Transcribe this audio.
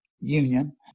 union